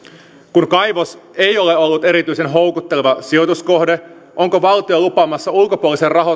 kun kaivos ei ole ollut erityisen houkutteleva sijoituskohde onko valtio lupaamassa ulkopuoliselle